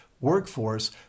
workforce